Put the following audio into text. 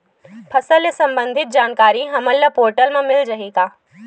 फसल ले सम्बंधित जानकारी हमन ल ई पोर्टल म मिल जाही का?